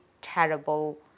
terrible